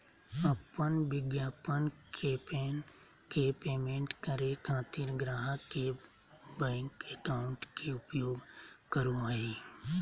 अपन विज्ञापन कैंपेन के पेमेंट करे खातिर ग्राहक के बैंक अकाउंट के उपयोग करो हइ